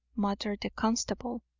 muttered the constable.